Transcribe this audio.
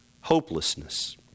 hopelessness